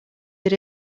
that